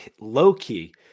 low-key